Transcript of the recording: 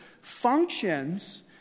functions